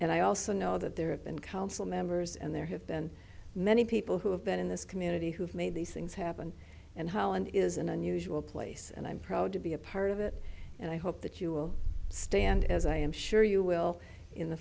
and i also know that there have been council members and there have been many people who have been in this community who've made these things happen and holland is an unusual place and i'm proud to be a part of it and i hope that you will stand as i am sure you will in the